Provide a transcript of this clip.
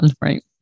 Right